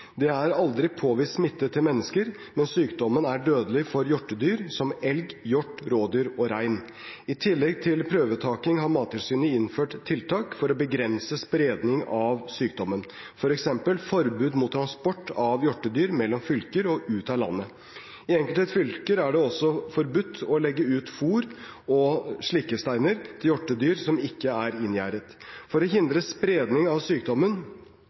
Det er aldri påvist smitte til mennesker, men sykdommen er dødelig for hjortedyr som elg, hjort, rådyr og rein. I tillegg til prøvetaking har Mattilsynet innført tiltak for å begrense spredning av sykdommen, f.eks. forbud mot transport av hjortedyr mellom fylker og ut av landet. I enkelte fylker er det også forbudt å legge ut fôr og slikkesteiner til hjortedyr som ikke er inngjerdet. For å hindre spredning av sykdommen